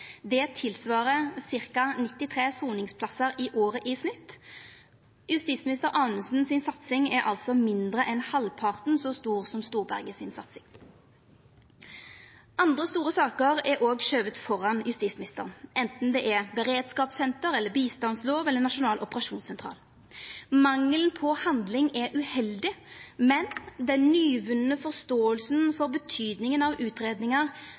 Det tilsvarer ca. 93 soningsplassar i året i snitt. Satsinga til justisminister Anundsen er altså mindre enn halvparten så stor som satsinga til Storberget. Andre store saker er òg skyvde framfor justisministeren, anten det er beredskapssenter, bistandslov eller nasjonal operasjonssentral. Mangelen på handling er uheldig, men den nyvunne forståinga for betydninga av